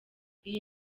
iyi